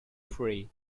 free